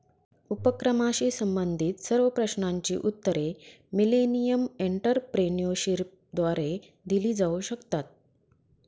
उपक्रमाशी संबंधित सर्व प्रश्नांची उत्तरे मिलेनियम एंटरप्रेन्योरशिपद्वारे दिली जाऊ शकतात